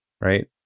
right